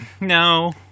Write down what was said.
No